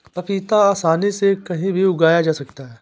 पपीता आसानी से कहीं भी उगाया जा सकता है